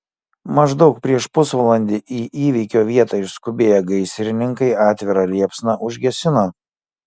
maždaug prieš pusvalandį į įvykio vietą išskubėję gaisrininkai atvirą liepsną užgesino